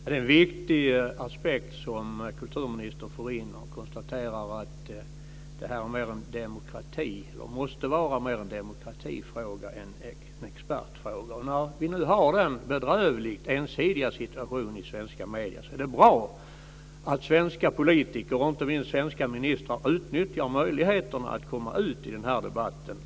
Fru talman! Det är en viktig aspekt som kulturministern för in när hon konstaterar att detta måste vara mer en demokratifråga än en expertfråga. När vi nu har den bedrövligt ensidiga situationen i svenska medier är det bra att svenska politiker och inte minst svenska ministrar utnyttjar möjligheten att komma ut i debatten.